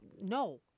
no